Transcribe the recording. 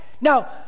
now